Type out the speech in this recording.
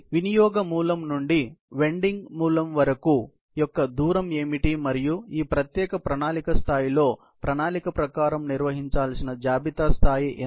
వినియోగ మూలం నుండి వెండింగ్ మూలం యొక్క దూరం ఏమిటి మరియు ఈ ప్రత్యేక ప్రణాళిక స్థాయిలో ప్రణాళిక ప్రకారం నిర్వహించాల్సిన జాబితా స్థాయి ఎంత